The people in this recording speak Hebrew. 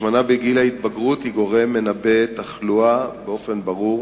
השמנה בגיל ההתבגרות היא גורם מנבא תחלואה באופן ברור,